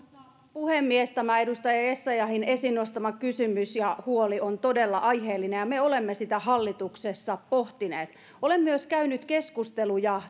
puhemies tämä edustaja essayahin esiin nostama kysymys ja huoli on todella aiheellinen ja me olemme sitä hallituksessa pohtineet olen myös käynyt keskusteluja